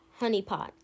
Honeypot